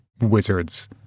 wizards